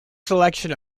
selection